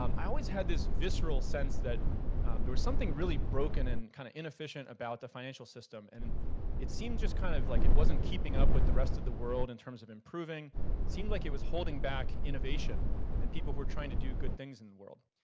um i always had this visceral sense that there was something really broken and kind of inefficient about the financial system. and it seems just kind of like it wasn't keeping up with the rest of the world in terms of improving. it seemed like it was holding back innovation and people were trying to do good things in the world.